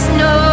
no